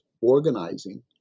organizing